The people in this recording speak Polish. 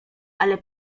ale